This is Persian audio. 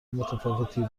متفاوتی